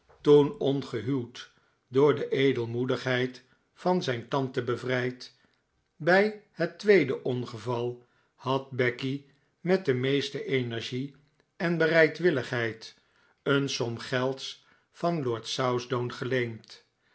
toen ongehuwd door de edelmoedigheid van zijn tante bevrijd bij het tweede ongeval had becky met de meeste energie en bereidwilligheid een som gelds van lord southdown geleend